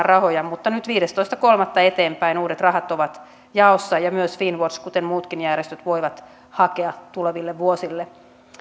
rahoja mutta nyt viidestoista kolmatta eteenpäin uudet rahat ovat jaossa ja myös finnwatch kuten muutkin järjestöt voivat hakea tuleville vuosille